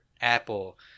Apple